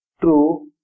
true